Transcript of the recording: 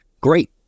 Great